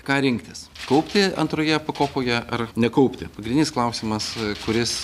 ką rinktis kaupti antroje pakopoje ar nekaupti pagrindinis klausimas kuris